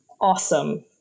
awesome